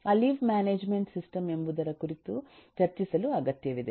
ಆ leave management system ಎಂಬುದರ ಕುರಿತು ಚರ್ಚಿಸಲು ಅಗತ್ಯವಿದೆ